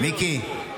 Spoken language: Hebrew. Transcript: מיקי,